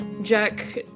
Jack